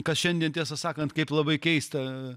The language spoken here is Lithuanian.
kas šiandien tiesą sakant kaip labai keista